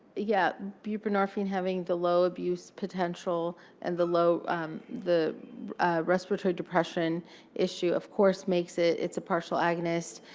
yeah, buprenorphine having the low abuse potential and the low the respiratory depression issue, of course, makes it it's a partial agonist.